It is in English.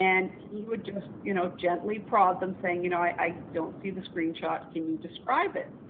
and he would just you know gently prod them, saying, you know i i don't see the screenshot. can you describe it?